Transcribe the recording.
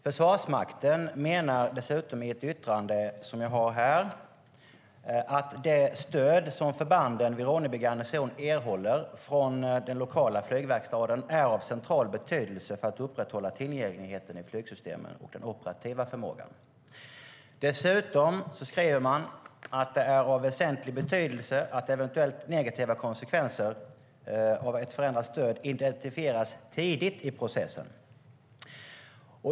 Försvarsmakten menar i ett yttrande att det stöd som förbanden vid Ronneby garnison erhåller från den lokala flygverkstaden är av central betydelse för att upprätthålla tillgängligheten i flygsystemen och den operativa förmågan. Dessutom skriver man att det är av väsentlig betydelse att eventuellt negativa konsekvenser av ett förändrat stöd identifieras tidigt i processen.